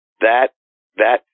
that—that